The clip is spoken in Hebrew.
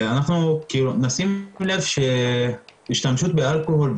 אנחנו נשים לב שהשתמשות באלכוהול,